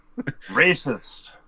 Racist